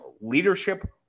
leadership